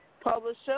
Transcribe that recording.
publisher